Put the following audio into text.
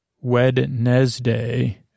Wednesday